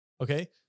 Okay